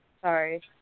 Sorry